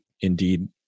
indeed